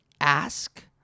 Ask